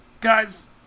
Guys